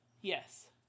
Yes